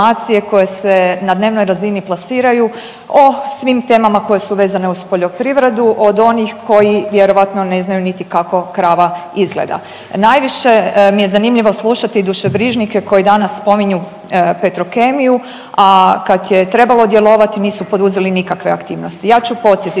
koje se na dnevnoj razini plasiraju o svim temama koje su vezane uz poljoprivredu, od onih koji vjerojatno ne znaju niti kako krava izgleda. Najviše mi je zanimljivo slušati dušebrižnike koji danas spominju Petrokemiju, a kad je trebalo djelovati nisu poduzeli nikakve aktivnosti. Ja ću podsjetiti